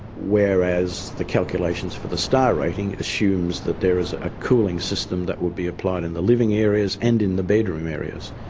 whereas the calculations for the star rating assumes assumes that there is a cooling system that will be applied in the living areas and in the bedroom areas,